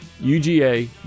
UGA